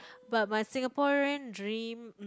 but my Singaporean dream